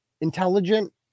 intelligent